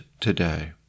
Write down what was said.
today